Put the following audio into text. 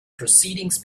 proceedings